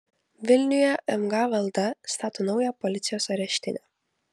vilniuje mg valda stato naują policijos areštinę